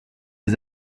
des